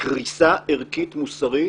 לקריסה ערכית-מוסרית,